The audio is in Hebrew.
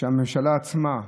שהממשלה עצמה,